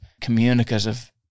communicative